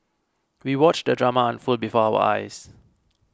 we watched the drama unfold before our eyes